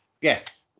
Yes